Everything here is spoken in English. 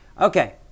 Okay